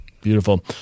Beautiful